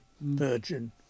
virgin